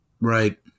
Right